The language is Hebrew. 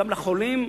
גם לחולים,